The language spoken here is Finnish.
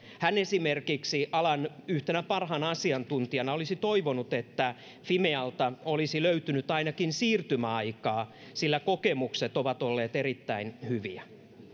esimerkiksi hän alan yhtenä parhaana asiantuntijana olisi toivonut että fimealta olisi löytynyt ainakin siirtymäaikaa sillä kokemukset ovat olleet erittäin hyviä